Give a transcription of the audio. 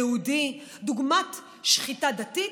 היהודי, דוגמת שחיטה דתית,